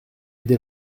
dès